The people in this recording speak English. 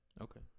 Okay